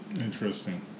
Interesting